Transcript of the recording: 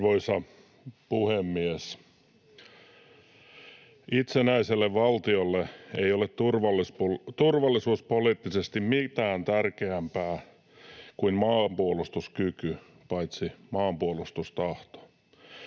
Arvoisa puhemies! Itsenäiselle valtiolle ei ole turvallisuuspoliittisesti mitään tärkeämpää kuin maanpuolustuskyky, paitsi maanpuolustustahto.